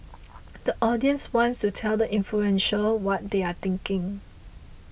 the audience wants to tell the influential what they are thinking